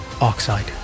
oxide